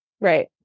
right